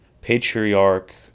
Patriarch